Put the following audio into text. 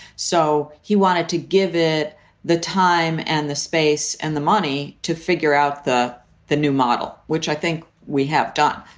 so he wanted to give it the time and the space and the money to figure out the the new model, which i think we have done.